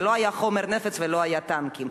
זה לא היה חומר נפץ ולא היו טנקים.